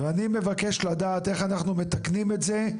אני מבקש לדעת, איך אנחנו מתקנים את זה,